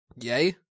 yay